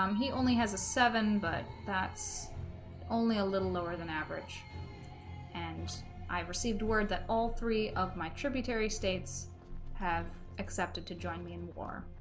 um he only has a seven but that's only a little lower than average and i received word that all three of my tributary states have accepted to join me in war